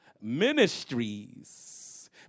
ministries